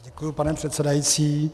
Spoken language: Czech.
Já děkuji, pane předsedající.